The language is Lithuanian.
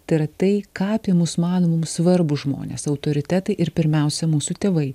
tai yra tai ką apie mus mano mums svarbūs žmonės autoritetai ir pirmiausia mūsų tėvai